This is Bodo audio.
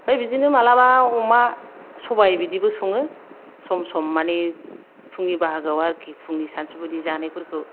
ओमफाय बिदिनो मालाबा अमा सबाय बिदिबो सङो सम सम मानि फुंनि बाहागो आव आरोखि फुंनि सानसु बिदि जानाय फोरखौ